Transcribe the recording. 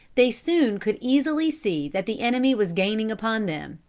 they soon could easily see that the enemy was gaining upon them.